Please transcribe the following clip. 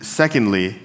secondly